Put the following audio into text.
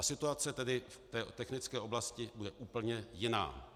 Situace tedy v technické oblasti bude úplně jiná.